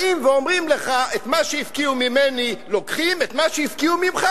באים ואומרים לך: את מה שהפקיעו ממני לוקחים,